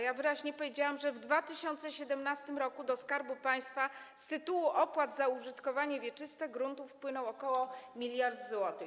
Ja wyraźnie powiedziałam, że w 2017 r. do Skarbu Państwa z tytułu opłat za użytkowanie wieczyste gruntów wpłynęło ok. 1 mld zł.